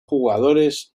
jugadores